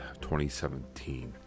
2017